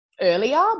earlier